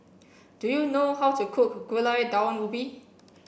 do you know how to cook Gulai Daun Ubi